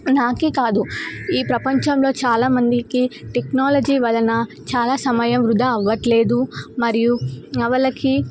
నాకే కాదు ఈ ప్రపంచంలో చాలామందికి టెక్నాలజీ వలన చాలా సమయం వృధా అవ్వట్లేదు మరియు అవలకి